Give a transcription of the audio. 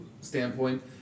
standpoint